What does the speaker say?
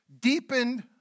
deepened